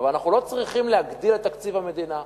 אבל אנחנו לא צריכים להגדיל את תקציב המדינה,